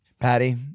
Patty